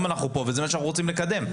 אנחנו כאן וזה מה שאנחנו רוצים לקדם.